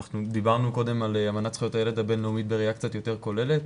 דיברנו קודם על אמנת זכויות הילד הבינלאומית בראיה קצת יותר כוללת,